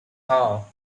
hall